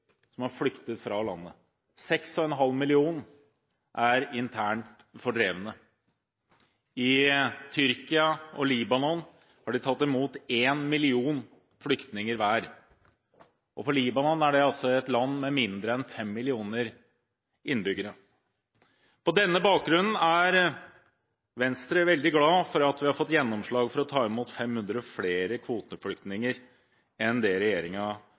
som har flyktet fra landet. 6,5 millioner er internt fordrevne. Tyrkia og Libanon har tatt imot 1 million flyktninger hver, og Libanon er altså et land med mindre enn 5 millioner innbyggere. På denne bakgrunnen er Venstre veldig glad for at vi har fått gjennomslag for å ta imot 500 flere kvoteflyktninger enn det